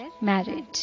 marriage